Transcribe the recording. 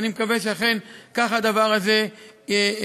ואני מקווה שאכן כך הדבר הזה יקרה.